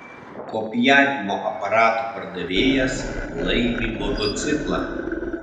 kopijavimo aparatų pardavėjas laimi motociklą